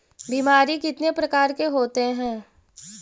बीमारी कितने प्रकार के होते हैं?